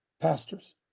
Pastors